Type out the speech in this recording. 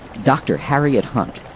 dr harriot hunt,